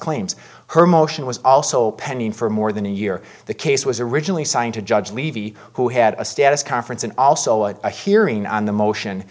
claims her motion was also pending for more than a year the case was originally assigned to judge levy who had a status conference and also a hearing on the motion